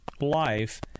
life